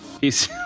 Peace